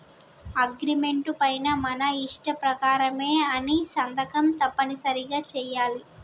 agreement పైన మన ఇష్ట ప్రకారమే అని సంతకం తప్పనిసరిగా చెయ్యాలి